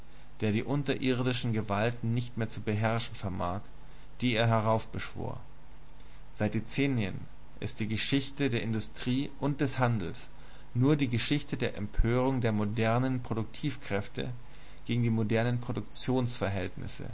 der die unterirdischen gewalten nicht mehr zu beherrschen vermag die er heraufbeschwor seit dezennien ist die geschichte der industrie und des handels nur die geschichte der empörung der modernen produktivkräfte gegen die modernen